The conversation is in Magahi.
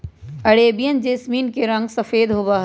अरेबियन जैसमिन के रंग सफेद होबा हई